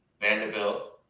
Vanderbilt